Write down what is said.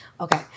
Okay